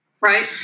Right